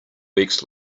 weeks